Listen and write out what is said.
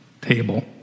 table